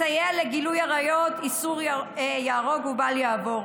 מסייע לגילוי עריות, איסור ייהרג ובל יעבור,